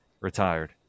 retired